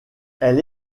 elle